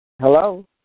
Hello